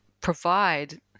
provide